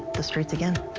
the streets again.